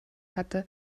hatte